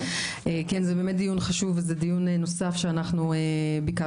זה באמת דיון חשוב וזה דיון נוסף שאנחנו ביקשנו.